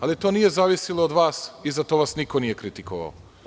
Ali to nije zavisilo od vas i za to vas nije niko kritikovao.